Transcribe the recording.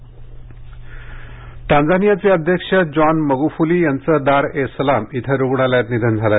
Tanzania टांझानियाचे अध्यक्ष John Magufuli यांचे दार ए सलाम इथे रुग्णालयात निधन झाले